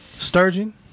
Sturgeon